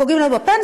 פוגעים לנו בפנסיה,